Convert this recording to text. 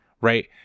right